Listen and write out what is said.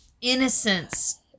innocence